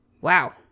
Wow